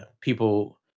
people